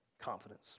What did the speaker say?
Confidence